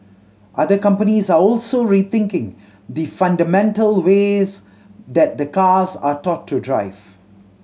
other companies are also rethinking the fundamental ways that cars are taught to drive